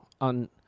On